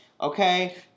Okay